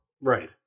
right